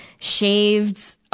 Shaved